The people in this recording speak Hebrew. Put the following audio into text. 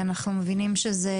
אנחנו מבינים שזה